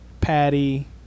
patty